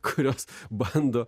kurios bando